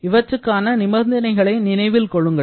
இவற்றுக்கான நிபந்தனைகளை நினைவில் கொள்ளுங்கள்